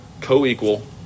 co-equal